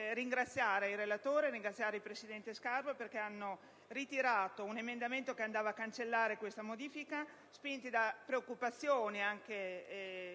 ringraziare il relatore e il presidente Scarpa Bonazza Buora perché hanno ritirato un emendamento che andava a cancellare questa modifica, spinti da preoccupazioni anche